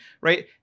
right